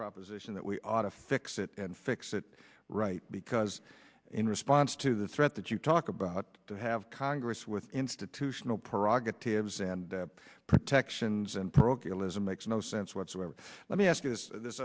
proposition that we ought to fix it and fix it right because in response to the threat that you talk about to have congress with institutional prerogatives and protections and procure lism makes no sense whatsoever let me ask you this